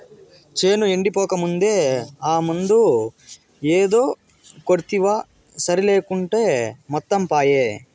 చేను ఎండిపోకముందే ఆ మందు ఏదో కొడ్తివా సరి లేకుంటే మొత్తం పాయే